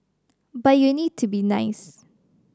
but you need to be nice